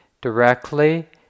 Directly